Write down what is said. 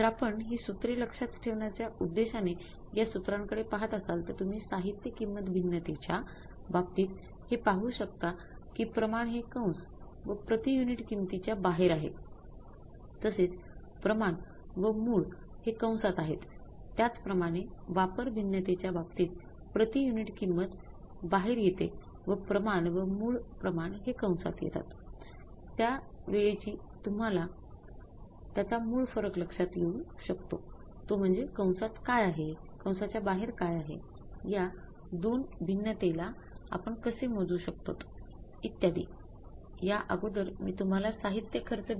जर आपण ही सूत्रे लक्षात ठेवण्याच्या उद्देशाने या सूत्रांकडे पहात असाल तर तुम्ही साहित्य किंमत भिन्नतेच्या सांगितलेलं आहेच